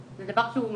זה דבר שהוא מפחיד.